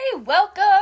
welcome